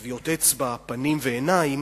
טביעות אצבע, פנים ועיניים,